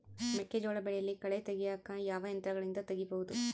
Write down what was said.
ಮೆಕ್ಕೆಜೋಳ ಬೆಳೆಯಲ್ಲಿ ಕಳೆ ತೆಗಿಯಾಕ ಯಾವ ಯಂತ್ರಗಳಿಂದ ತೆಗಿಬಹುದು?